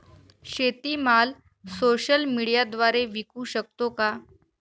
शेतीमाल सोशल मीडियाद्वारे विकू शकतो का?